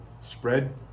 Spread